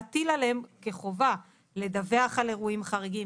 להטיל עליהם כחובה לדווח על אירועים חריגים,